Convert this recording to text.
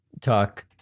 talk